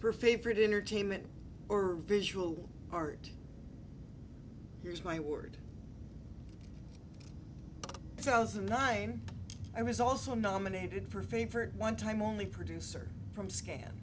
for favorite entertainment or visual art is my word thousand and nine i was also nominated for favorite one time only producer from scan